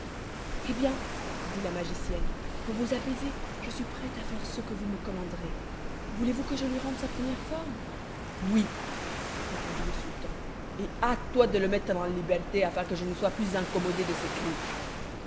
eh bien dit la magicienne pour vous apaiser je suis prête à faire ce que vous me commanderez voulez-vous que je lui rende sa première forme oui répondit le sultan et hâtetoi de le mettre en liberté afin que je ne sois plus incommodé de ses cris